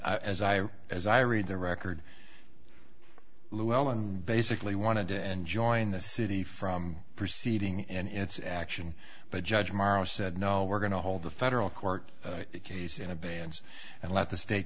and as i as i read the record llewellyn basically wanted to enjoin the city from proceeding and its action but judge morrow said no we're going to hold the federal court case in abeyance and let the state